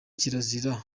kirazira